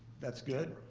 that's good.